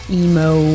emo